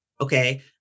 Okay